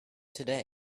today